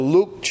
Luke